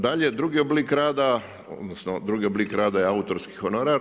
Dalje drugi oblik rada, odnosno drugi oblik rada je autorski honorar.